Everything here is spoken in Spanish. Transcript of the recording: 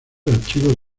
archivos